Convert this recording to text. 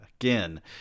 Again